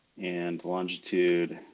and longitude